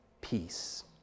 peace